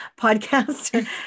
podcast